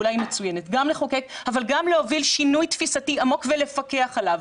אולי היא מצוינת אבל גם להוביל שינוי תפיסתי עמוק ולפקח עליו,